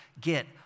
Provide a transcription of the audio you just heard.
get